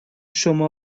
شما